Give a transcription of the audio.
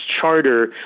charter